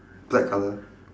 black colour